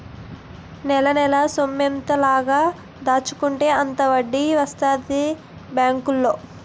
నెలనెలా సొమ్మెంత లాగ దాచుకుంటే అంత వడ్డీ వస్తదే బేంకులో